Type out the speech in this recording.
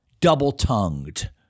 double-tongued